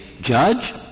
Judge